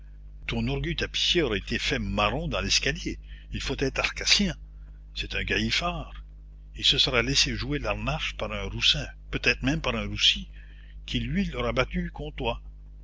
ton orgue tapissier aura été fait marron dans l'escalier il faut être arcasien c'est un galifard il se sera laissé jouer l'harnache par un roussin peut-être même par un roussi qui lui aura battu comtois